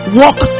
walk